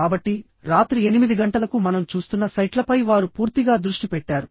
కాబట్టి రాత్రి 8 గంటలకు మనం చూస్తున్న సైట్లపై వారు పూర్తిగా దృష్టి పెట్టారు